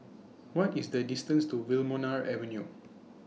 What IS The distance to Wilmonar Avenue